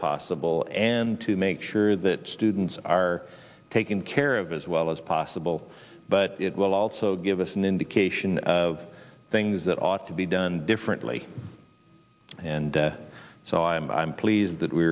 possible and to make sure that students are taken care of as well as possible but it will also give us an indication of things that ought to be done differently and so i'm pleased that we